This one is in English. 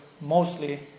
mostly